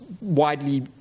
widely